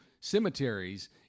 cemeteries